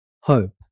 hope